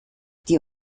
die